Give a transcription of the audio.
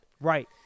right